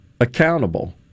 accountable